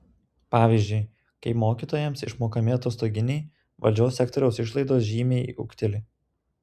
pavyzdžiui kai mokytojams išmokami atostoginiai valdžios sektoriaus išlaidos žymiai ūgteli